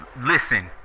Listen